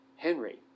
Henry